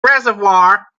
reservoir